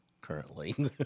currently